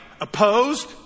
Opposed